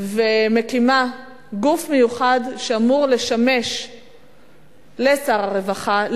ומקימה גוף מיוחד שאמור לשמש לשר הרווחה,